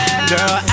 Girl